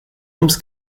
ums